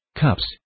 cups